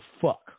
fuck